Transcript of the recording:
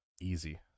easy